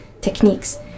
techniques